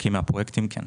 בחלקים מהפרויקטים כן.